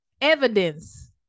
evidence